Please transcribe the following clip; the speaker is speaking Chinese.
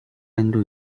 针对